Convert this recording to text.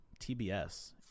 TBS